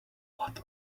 what